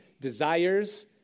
desires